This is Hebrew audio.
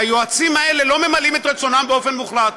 שהיועצים האלה לא ממלאים את רצונם באופן מוחלט.